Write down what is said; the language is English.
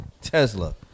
Tesla